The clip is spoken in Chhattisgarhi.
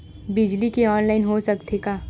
बिजली के ऑनलाइन हो सकथे का?